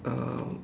um